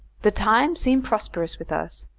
the times seemed prosperous with us,